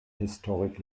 historic